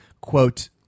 Quote